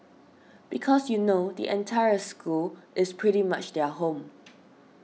because you know the entire school is pretty much their home